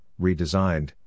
redesigned